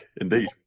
indeed